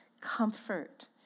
comfort